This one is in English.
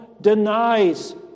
denies